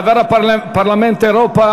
חבר הפרלמנט האירופי,